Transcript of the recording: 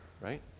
right